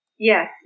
Yes